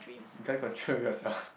you can't control yourself